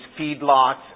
feedlots